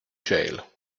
jail